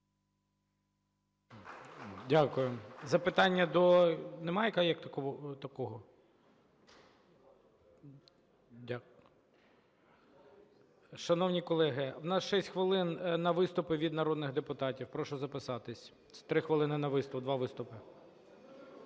Дякую. Запитання до… немає такого? Дякую. Шановні колеги, в нас 6 хвилин на виступи від народних депутатів. Прошу записатись. 3 хвилини на два виступи.